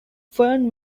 fern